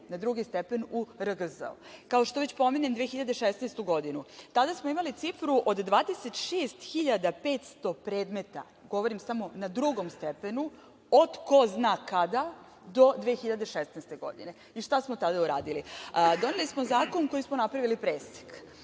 na drugi stepen u RGZ.Kao što već pominjem 2016. godinu, tada smo imali cifru od 26.500 predmeta, govorim samo na drugom stepenu, od ko zna kada, do 2016. godine. Šta smo tada uradili? Doneli smo zakon kojim smo napravili presek.